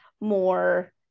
more